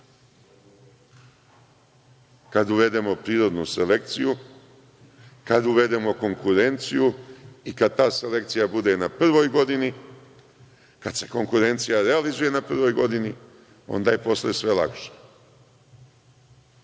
Kada uvedemo prirodnu selekciju, kada uvedemo konkurenciju i kada ta selekcija bude na prvoj godini, kada se konkurencija realizuje na prvoj godini, onda je posle sve lakše. Dalje,